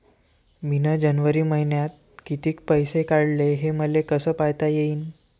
मिन जनवरी मईन्यात कितीक पैसे काढले, हे मले कस पायता येईन?